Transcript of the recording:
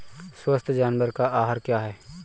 स्वस्थ जानवर का आहार क्या है?